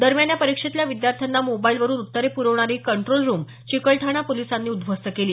दरम्यान या परीक्षेतल्या विद्यार्थ्यांना मोबाईलवरुन उत्तरे प्रवणारी कंट्रोल रुम चिकलठाणा पोलिसांनी उद्ध्वस्त केली